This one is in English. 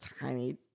tiny